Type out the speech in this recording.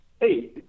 Hey